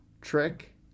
trick